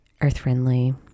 earth-friendly